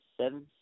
seven